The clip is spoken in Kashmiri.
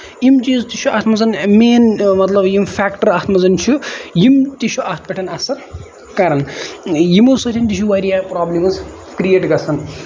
یِم چٖیز تہِ چھِ اَتھ منٛز مین مطلب یِم فیکٹر اَتھ منٛز چھُ یِم تہِ چھُ اَتھ پٮ۪ٹھ اَثر کران یِمو سۭتۍ تہِ چھُ واریاہ پروبلِمز کرییٹ گژھان